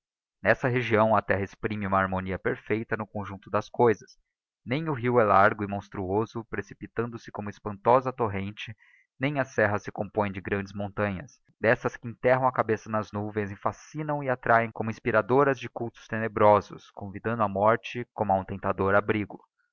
n'essa região a terra exprime uma harmonia perfeita no conjuncto das coisas nem o rio é largo e monstruoso precipitando-se como espantosa torrente nem a serra se compõe de grandes montanhas d'essas que enterram a cabeça nas nuvens e fascinam e attráem como inspiradoras de cultos tenebrosos convidando á morte como a um tentador abrigo